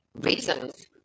reasons